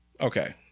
Okay